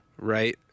Right